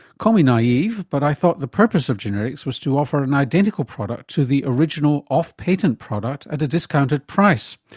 call me naive, but i thought the purpose of generics was to offer an identical product to the original off-patent product at a discounted price.